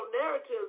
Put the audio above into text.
narratives